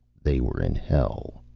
they were in hell.